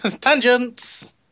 tangents